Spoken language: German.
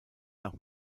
nach